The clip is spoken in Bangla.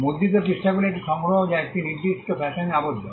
মুদ্রিত পৃষ্ঠাগুলির একটি সংগ্রহ যা একটি নির্দিষ্ট ফ্যাশনে আবদ্ধ